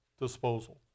disposal